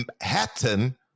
Hatton